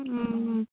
ও